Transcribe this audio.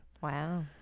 Wow